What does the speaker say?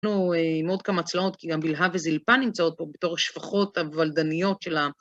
יש לנו עוד כמה צלעות, כי גם בלהה וזלפה נמצאות פה בתור השפחות הוולדניות של העם.